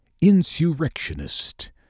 insurrectionist